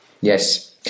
yes